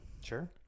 Sure